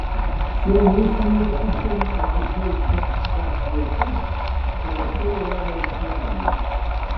šiuo mišiniu itin atidžiai tepk tas vietas kuriose yra raukšlelių